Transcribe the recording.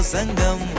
Sangam